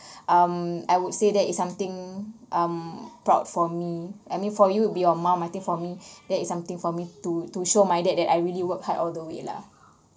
um I would say that it's something um proud for me I mean for you would be your mum I think for me there is something for me to to show my dad that I really work hard all the way lah